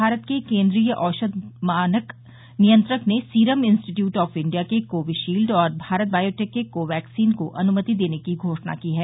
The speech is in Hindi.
भारत के केन्द्रीय औषध मानक नियंत्रक ने सीरम इंस्टीट्यूट ऑफ इण्डिया के कोविशील्ड और भारत बायोटैक के कोवाक्सिन को अनुमति देने की घोषणा की है